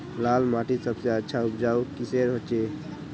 लाल माटित सबसे अच्छा उपजाऊ किसेर होचए?